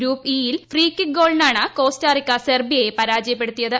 group E യിൽ free kick ഗോളിനാണ് കോസ്റ്റാറിക്കയെ സെർബിയ പരാജയപ്പെടുത്തിയത്